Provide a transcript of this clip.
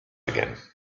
again